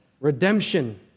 redemption